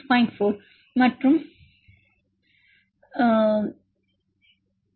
4delta delta G H2O 6